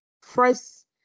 First